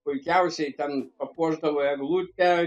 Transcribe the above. puikiausiai ten papuošdavo eglutę